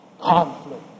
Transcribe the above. Conflict